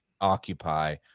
occupy